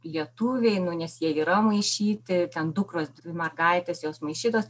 lietuviai nu nes jie yra maišyti ten dukros dvi mergaitės jos maišytos